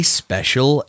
special